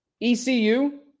ECU